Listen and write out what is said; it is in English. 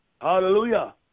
Hallelujah